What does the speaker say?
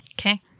okay